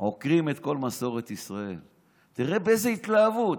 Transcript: עוקרים את כל מסורת ישראל, ותראה באיזה התלהבות.